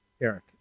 Eric